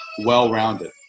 well-rounded